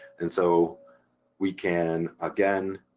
and so we can, again,